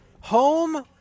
home